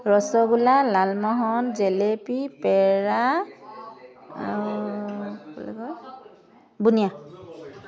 ৰসগোল্লা লালমহন জেলেপী পেৰা আৰু কি বুলি কয় বুন্দিয়া